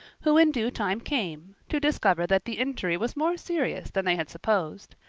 who in due time came, to discover that the injury was more serious than they had supposed.